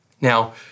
Now